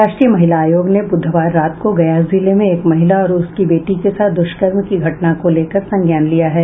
राष्ट्रीय महिला आयोग ने बुधवार रात को गया जिले में एक महिला और उसकी बेटी के साथ दुष्कर्म की घटना को लेकर संज्ञान लिया है